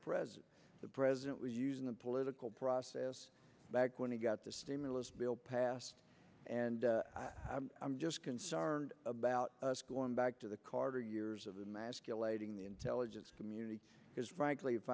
president the president was using the political process back when he got the stimulus bill passed and i'm just concerned about going back to the carter years of the mask elating the intelligence community because frankly if